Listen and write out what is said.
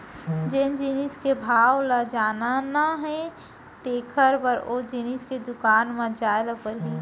जेन जिनिस के भाव ल जानना हे तेकर बर ओ जिनिस के दुकान म जाय ल परही